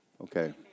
Okay